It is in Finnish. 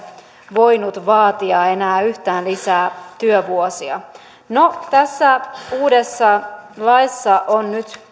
voinut vaatia enää yhtään lisää työvuosia no tässä uudessa laissa on nyt